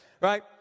right